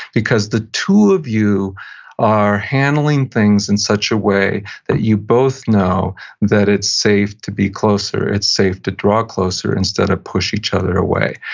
because the two of you are handling things in such a way that you both know that it's safe to be closer. it's safe to draw closer instead of push each other away.